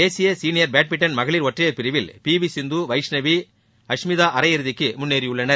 தேசிய senior badminton மகளிர் ஒற்றையர் பிரிவில் பி வி சிந்து வைஷ்ணவி அஷ்மிதா அரையிறுதிக்கு முன்னேறியுள்ளனர்